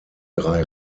drei